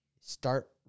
start